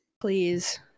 Please